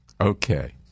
Okay